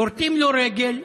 כורתים לו רגל.